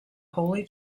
holy